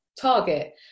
target